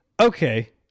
okay